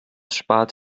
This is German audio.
spart